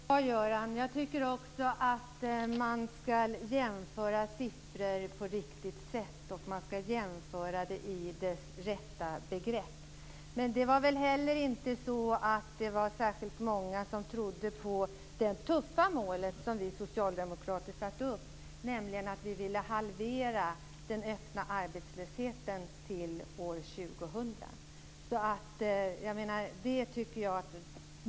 Fru talman! Jag tycker också att man skall jämföra siffror på ett riktigt sätt och jämföra de rätta begreppen. Men det var väl inte heller särskilt många som trodde på det tuffa mål som vi socialdemokrater satte upp, nämligen att halvera den öppna arbetslösheten till år 2000.